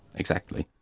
exactly.